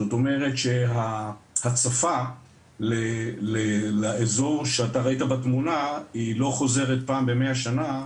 זאת אומרת שההצפה לאזור שאתה ראית בתמונה היא לא חוזרת פעם ב-100 שנה,